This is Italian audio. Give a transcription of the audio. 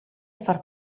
far